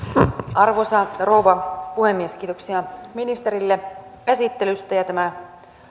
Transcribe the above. arvoisa rouva puhemies kiitoksia ministerille esittelystä tämä